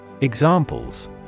Examples